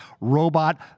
robot